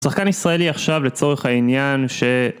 שחקן ישראלי עכשיו לצורך העניין ש...